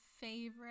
favorite